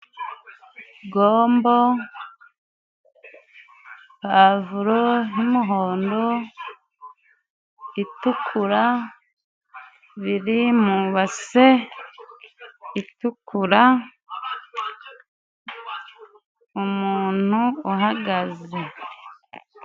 Gombo, Pavuro y'umuhondo itukura, biri mubase itukura, umuntu uhagaze.